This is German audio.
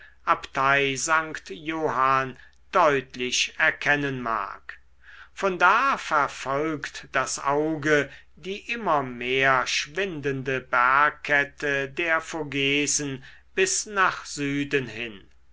abtei st johann deutlich erkennen mag von da verfolgt das auge die immer mehr schwindende bergkette der vogesen bis nach süden hin